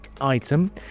item